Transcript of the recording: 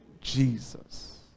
Jesus